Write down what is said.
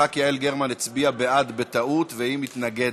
ח"כ יעל גרמן הצביעה בעד בטעות והיא מתנגדת,